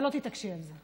אבל לא תתעקשי על זה.